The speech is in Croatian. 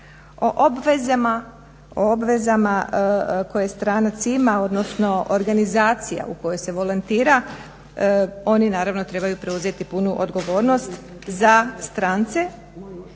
O obvezama koje stranac ima, odnosno organizacija u kojoj se volontira oni naravno trebaju preuzeti punu odgovornost za strance